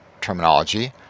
terminology